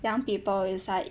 young people is like